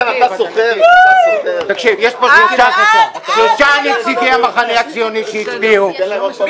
יש לנו שלושה נציגי המחנה הציוני שהצביעו,